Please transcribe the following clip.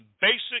basic